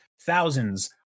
Thousands